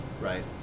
right